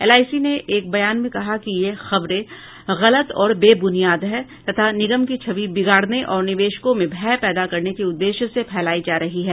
LIC ने एक बयान में कहा कि ये खबरें गलत और बेब्रनियाद हैं तथा निगम की छवि बिगाड़ने और निवेशकों में भय पैदा करने के उद्देश्य से फैलायी जा रही हैं